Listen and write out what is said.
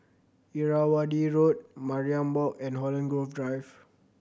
Irrawaddy Road Mariam Walk and Holland Grove Drive